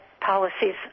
policies